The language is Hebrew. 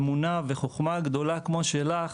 באמונה ובחוכמה גדולה כמו שלך,